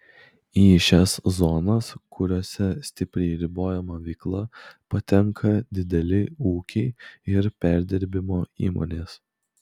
į šias zonas kuriose stipriai ribojama veikla patenka dideli ūkiai ir perdirbimo įmonės